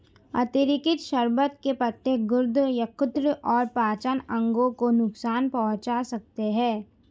अतिरिक्त शर्बत के पत्ते गुर्दे, यकृत और पाचन अंगों को नुकसान पहुंचा सकते हैं